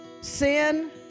Sin